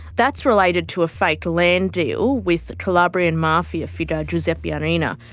that's related to a fake land deal with calabrian mafia figure giuseppe arena,